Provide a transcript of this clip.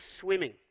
swimming